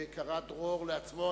וקרא דרור לעצמו.